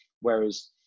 Whereas